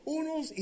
unos